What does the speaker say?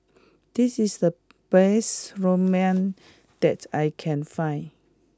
this is the best Ramen that I can find